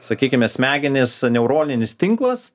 sakykime smegenys neuroninis tinklas